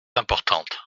importante